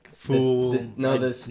Fool